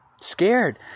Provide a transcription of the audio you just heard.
Scared